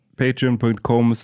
patreon.com